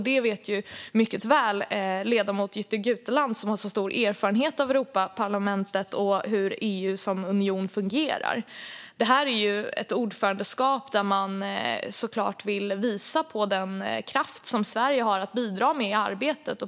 Det vet ledamoten Jytte Guteland, som har stor erfarenhet av Europaparlamentet och hur EU som union fungerar, mycket väl. Det här är ett ordförandeskap där vi såklart vill visa på den kraft Sverige har att bidra med i arbetet.